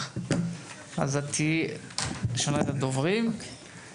את תהיי ראשונת הדוברים כי שכחתי אותך.